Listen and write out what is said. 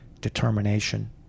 determination